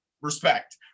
Respect